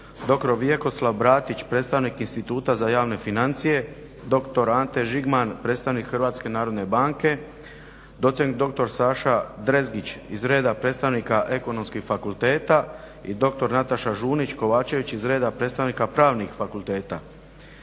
doktor Vjekoslav Bratić, predstavnik Instituta za javne financije, doktora Ante Žigman, predstavnik Hrvatske narodne banke, docent doktor Saša Drezgić iz reda predstavnika Ekonomskih fakulteta i doktor Nataša Žunić-Kovačević iz reda predstavnika Pravnih fakulteta.